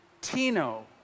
Tino